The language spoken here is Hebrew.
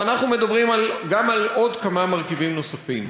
ואנחנו מדברים גם על עוד כמה מרכיבים נוספים.